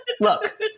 look